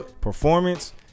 performance